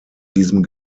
diesem